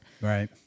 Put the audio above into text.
Right